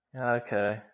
Okay